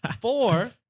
Four